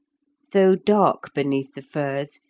though dark beneath the firs,